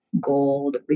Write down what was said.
gold